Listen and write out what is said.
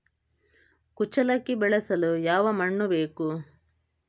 ಕುಚ್ಚಲಕ್ಕಿ ಬೆಳೆಸಲು ಯಾವ ಮಣ್ಣು ಬೇಕು?